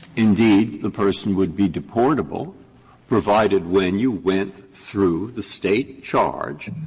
indeed, the person would be deportable provided when you went through the state charge,